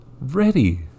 ready